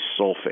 sulfate